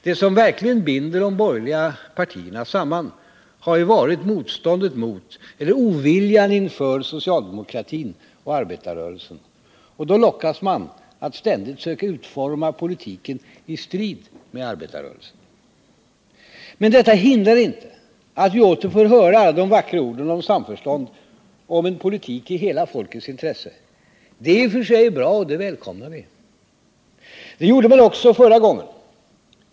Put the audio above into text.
Det som verkligen binder de borgerliga partierna samman är ju motståndet mot eller oviljan inför socialdemokratin och arbetarrörelsen. Så lockas man att ständigt söka utforma politiken i strid med arbetarrörelsen. Men detta hindrar inte att vi åter får höra alla de vackra orden om samförstånd och om en politik i hela folkets intresse. Det är i och för sig bra, och det välkomnar vi. Så gjorde man förra gången också.